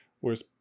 whereas